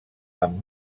amb